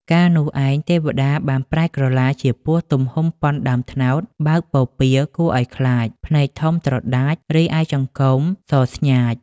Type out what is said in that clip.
កាលនោះឯង ទេវតាបានប្រែក្រឡាជាពស់ទំហំប៉ុនដើមត្នោត បើកពពារគួរឱ្យខ្លាច ភ្នែកធំត្រដាច រីឯចង្កូមសស្ញាច។